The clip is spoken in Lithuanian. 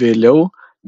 vėliau